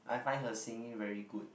I find her singing very good